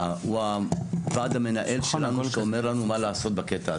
הוא הוועד המנהל שלנו שאומר לנו מה לעשות בקטע הזה,